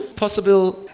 possible